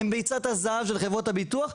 הן ביצת הזהב של חברות הביטוח,